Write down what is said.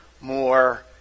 more